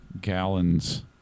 gallons